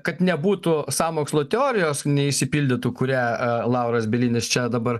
kad nebūtų sąmokslo teorijos neišsipildytų kurią lauras bielinis čia dabar